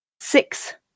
six